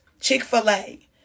Chick-fil-A